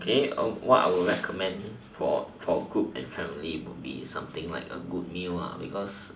okay what I would recommend for for group and family would be something like a good meal because